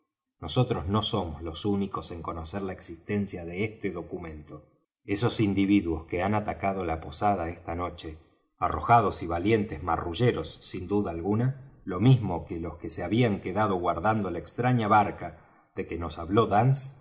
nosotros no somos los únicos en conocer la existencia de este documento esos individuos que han atacado la posada esta noche arrojados y valientes marrulleros sin duda alguna lo mismo que los que se habían quedado guardando la extraña barca de que nos habló dance